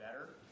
better